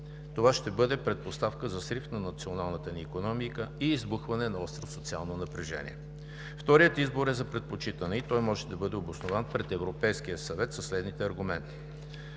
Това ще бъде предпоставка за срив на националната ни икономика и избухване на остро социално напрежение. Вторият избор е за предпочитане и той може да бъде обоснован пред Европейския съвет със следните аргументи: